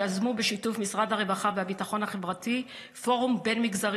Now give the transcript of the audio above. שיזמו בשיתוף משרד הרווחה והביטחון החברתי פורום בין-מגזרי